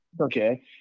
okay